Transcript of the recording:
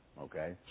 Okay